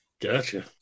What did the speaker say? gotcha